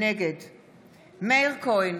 נגד מאיר כהן,